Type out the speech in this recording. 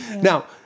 Now